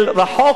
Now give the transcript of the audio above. יש סכסוך,